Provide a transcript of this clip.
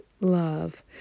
love